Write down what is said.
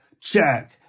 Check